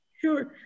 Sure